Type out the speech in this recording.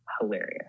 hilarious